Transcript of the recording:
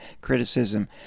criticism